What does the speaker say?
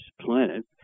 planet